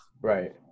Right